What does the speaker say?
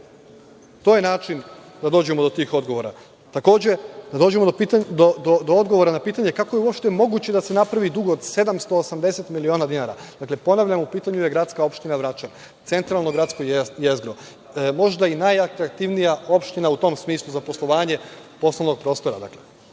je način da dođemo do tih odgovora. Takođe, da dođemo do odgovora na pitanje - kako je moguće da se napravi dug od 780 miliona dinara? Dakle, ponavljam, u pitanju je gradska opština Vračar, centralno gradsko jezgro, možda i najatraktivnija opština u tom smislu za poslovanje poslovnog prostora,